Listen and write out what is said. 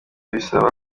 bisaba